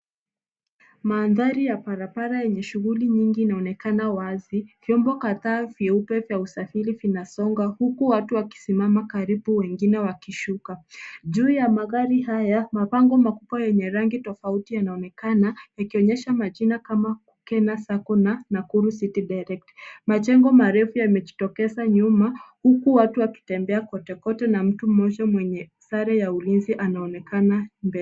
Mandhari ya barabara enye shughuli nyingi inaonekana wazi. Vyombo kadhaa vyeupe vya usafiri vinasonga huku watu wakisimama karibu wengine wakishuka. Juu ya magari haya, mabango makubwa yenye rangi tofauti yanaonekana yakionyesha majina kama Kukena Sacco na Nakuru City Direct . Majengo marefu yamejitokeza nyuma huku watu wakitembea kote kote na mtu mmoja mwenye sare ya ulinzi anaonekana mbele.